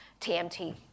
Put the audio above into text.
TMT